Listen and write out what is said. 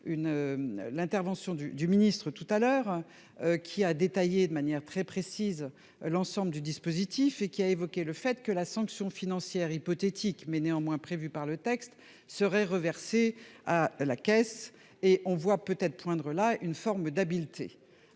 L'intervention du du ministre-tout à l'heure. Qui a détaillé de manière très précise. L'ensemble du dispositif et qui a évoqué le fait que la sanction financière hypothétique mais néanmoins prévue par le texte serait reversés à la caisse et on voit peut-être poindre là une forme d'habileté,